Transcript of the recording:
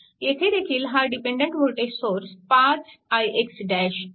येथे देखील हा डिपेन्डन्ट वोल्टेज सोर्स 5 ix असेल